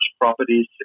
properties